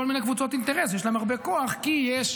מיני קבוצות אינטרס שיש להן הרבה כוח כי יש